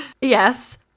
Yes